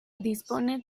dispone